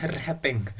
rapping